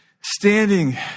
standing